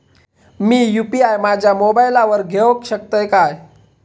मी UPI माझ्या मोबाईलावर घेवक शकतय काय?